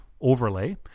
overlay